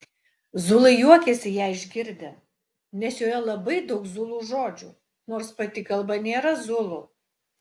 zulai juokėsi ją išgirdę nes joje labai daug zulų žodžių nors pati kalba nėra zulų